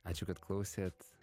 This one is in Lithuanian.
ačiū kad klausėt